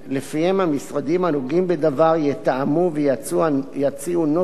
שלפיהן המשרדים הנוגעים בדבר יתאמו ויציעו נוסח